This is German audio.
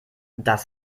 das